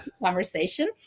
conversation